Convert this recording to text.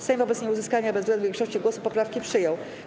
Sejm wobec nieuzyskania bezwzględnej większości głosów poprawki przyjął.